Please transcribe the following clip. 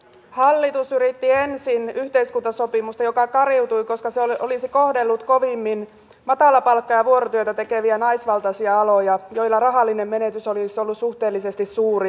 hallitus yritti ensin yhteiskuntasopimusta joka kariutui koska se olisi kohdellut kovimmin matalapalkka ja vuorotyötä tekeviä naisvaltaisia aloja joilla rahallinen menetys olisi ollut suhteellisesti suurin